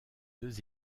deux